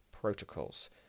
protocols